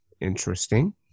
Interesting